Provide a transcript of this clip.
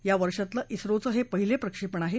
या वर्षातलं झोचं हे पहिलं प्रक्षेपण आहे